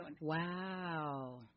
Wow